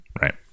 right